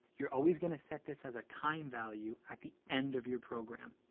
you're always gonna set this as a time value at the end of your program.